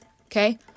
Okay